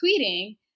tweeting